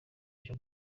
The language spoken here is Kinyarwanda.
cyo